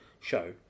show